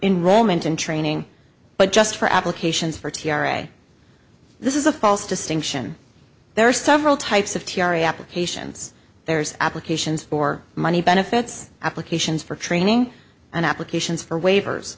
enrollment in training but just for applications for t r a this is a false distinction there are several types of tiare applications there's applications for money benefits applications for training and applications for waivers